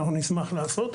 אנחנו נשמח לעשות.